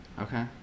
Okay